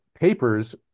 papers